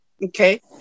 Okay